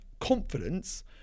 confidence